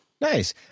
Nice